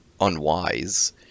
unwise